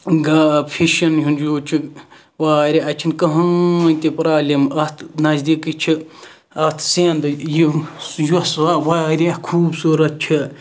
گا فِشَن ہُنٛد جوٗ چھُ واریاہ اَتہِ چھَنہٕ کہٕنۍ تہِ پرالِم اَتھ نَذدیکے چھِ اتھ سِنٛد یۄس واریاہ خوٗبصوٗرَت چھِ